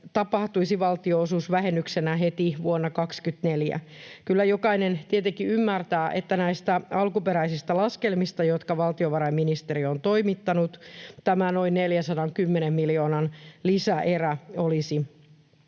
tapahtuisi valtionosuusvähennyksenä heti vuonna 24. Kyllä jokainen tietenkin ymmärtää, että näistä alkuperäisistä laskelmista, jotka valtiovarainministeriö on toimittanut, tämä noin 410 miljoonan lisäerä olisi aivan